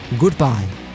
goodbye